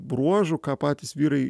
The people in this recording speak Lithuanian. bruožų ką patys vyrai